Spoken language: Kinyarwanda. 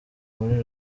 muri